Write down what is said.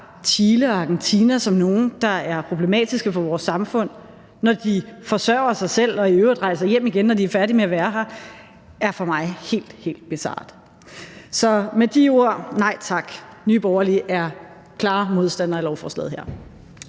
Chile og Argentina som nogle, der er problematiske for vores samfund, når de forsørger sig selv og i øvrigt rejser hjem igen, når de er færdige med at være her, er for mig helt, helt bizart. Så med de ord siger vi nej tak. Nye Borgerlige er klare modstandere af lovforslaget her.